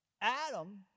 Adam